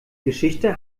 geschichte